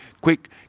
quick